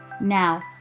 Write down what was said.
Now